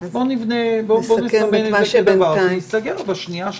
נסמן את זה כדבר שייסגר בשנייה ובשלישית.